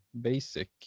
basic